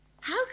How